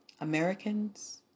Americans